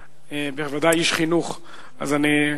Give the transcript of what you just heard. בוודאי איש חינוך אז אני,